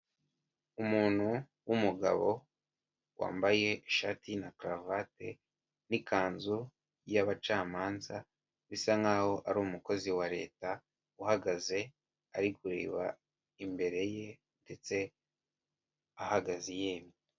Umuntu w'umugabo wambaye ishati na karuvate n'ikanzu y'abacamanza, bisa nkaho ari umukozi wa leta uhagaze ari kureba imbere ye ndetse ahagaze yemye.